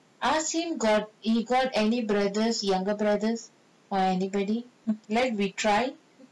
ask him got he got any brothers younger brothers or anybody like we try